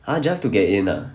!huh! just to get in ah